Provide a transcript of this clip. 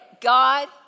God